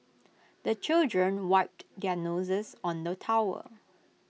the children wipe their noses on the towel